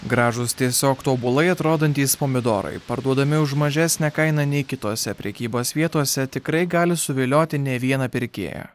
gražūs tiesiog tobulai atrodantys pomidorai parduodami už mažesnę kainą nei kitose prekybos vietose tikrai gali suvilioti ne vieną pirkėją